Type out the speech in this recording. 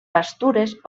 pastures